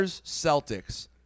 Celtics